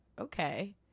Okay